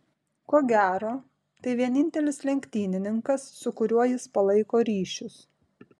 ko gero tai vienintelis lenktynininkas su kuriuo jis palaiko ryšius